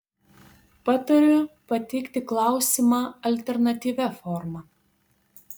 patariu pateikti klausimą alternatyvia forma